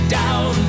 down